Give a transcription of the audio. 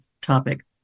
topic